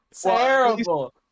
Terrible